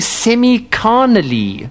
semi-carnally